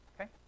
okay